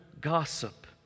gossip